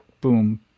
boom